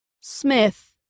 Smith